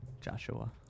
Joshua